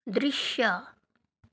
दृश्य